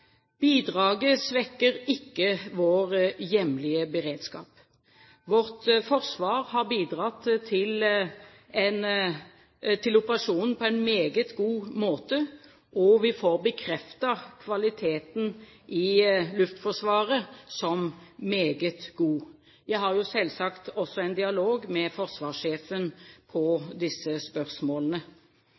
Bidraget svekker ikke vår hjemlige beredskap. Vårt forsvar har bidratt til operasjonen på en meget god måte, og vi får bekreftet kvaliteten i Luftforsvaret som meget god. Jeg har selvsagt også en dialog med forsvarssjefen om disse spørsmålene.